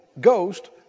Ghost